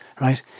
right